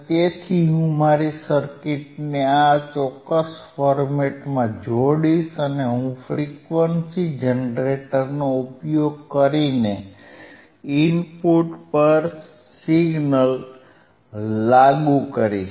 તેથી હું મારી સર્કિટને આ ચોક્કસ ફોર્મેટમાં જોડીશ અને હું ફ્રીક્વન્સી જનરેટરનો ઉપયોગ કરીને ઇનપુટ પર સિગ્નલ લાગુ કરીશ